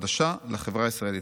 חדשה לחברה הישראלית.